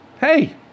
hey